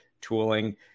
tooling